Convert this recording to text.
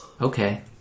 Okay